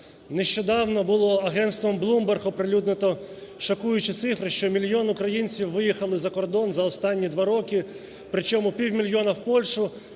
Нещодавно було агентством Bloomberg оприлюднено шокуючи цифри, що мільйон українців виїхали за кордон за останні два роки. При чому півмільйона в Польщу,